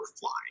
flying